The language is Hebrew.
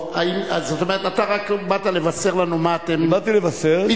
זאת אומרת, אתה רק באת לבשר לנו מה אתם מתכוונים.